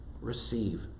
receive